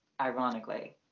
ironically